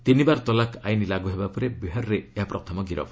ତିନିବାର ତଲାକ ଆଇନ୍ ଲାଗୁହେବା ପରେ ବିହାରରେ ଏହା ପ୍ରଥମ ଗିରଫ